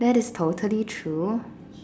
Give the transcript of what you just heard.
that is totally true